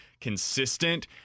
consistent